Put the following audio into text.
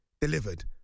Delivered